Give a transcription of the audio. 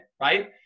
right